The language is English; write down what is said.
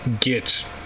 get